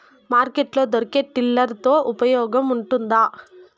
Market లో దొరికే tiller తో ఉపయోగం ఉంటుందా?